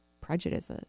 prejudice